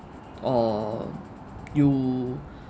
or you